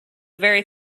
very